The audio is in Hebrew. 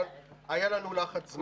אבל היה לנו לחץ.